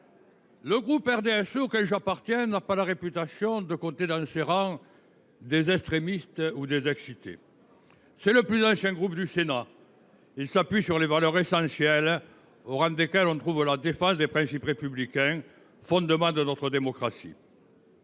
Le groupe auquel j’appartiens, le RDSE, n’a pas la réputation de compter dans ses rangs des extrémistes ou des excités. Ça non ! Il s’agit du plus ancien groupe politique du Sénat, qui s’appuie sur les valeurs essentielles, au rang desquelles on trouve la défense des principes républicains, fondements de notre démocratie.